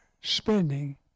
spending